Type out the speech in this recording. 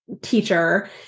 teacher